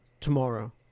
tomorrow